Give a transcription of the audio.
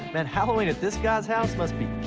man, halloween at this guy's house must be